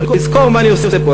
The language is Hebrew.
לזכור מה אני עושה פה.